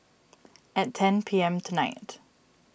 at ten P M tonight